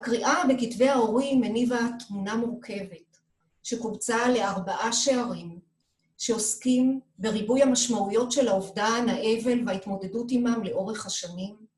הקריאה בכתבי ההורים הניבה תמונה מורכבת, שקובצה לארבעה שערים שעוסקים בריבוי המשמעויות של האובדן, האבל וההתמודדות עמם לאורך השנים